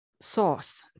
source